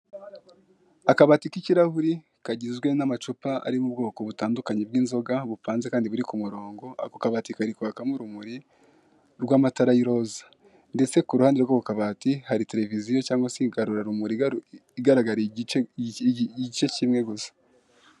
Akabati k'ikirahuri karimo amacupa y'ubwoko butandukanye kandi apanze ku murongo, kari kwakamo urumuri rw'amatara y'iroza ndetse iruhande rwako kabati hakaba hari tereviziyo igaragara igice kumwe gusa